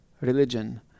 religion